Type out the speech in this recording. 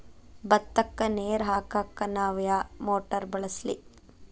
ಭತ್ತಕ್ಕ ನೇರ ಹಾಕಾಕ್ ನಾ ಯಾವ್ ಮೋಟರ್ ಬಳಸ್ಲಿ?